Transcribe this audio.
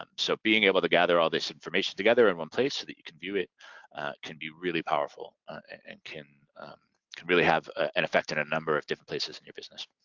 um so being able to gather all this information together in one place that you can view it can be really powerful and can can really have an effect in a number of different places in your business.